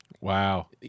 Wow